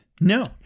No